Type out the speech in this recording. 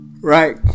right